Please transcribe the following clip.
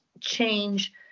change